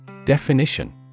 Definition